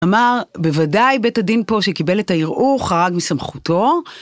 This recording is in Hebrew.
אמר בוודאי בית הדין פה שקיבל את הערעור חרג מסמכותו.